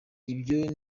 ibyo